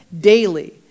daily